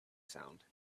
sound